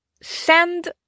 Send